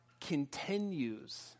continues